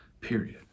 period